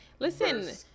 Listen